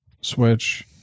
Switch